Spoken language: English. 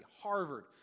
Harvard